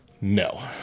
No